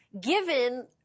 given